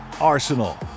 arsenal